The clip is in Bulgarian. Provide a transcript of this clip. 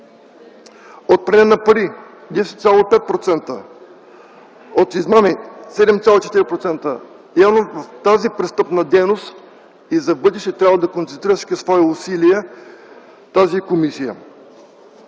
от пране на пари –10,5%, от измами – 7,4%. Явно към тази престъпна дейност и за в бъдеще трябва да концентрира всички свои усилия тази комисия.